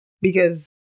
Because-